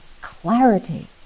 clarity